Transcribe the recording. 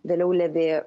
vėliau levi